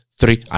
three